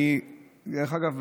דרך אגב,